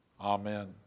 Amen